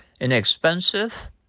inexpensive